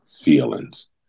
feelings